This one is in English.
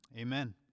Amen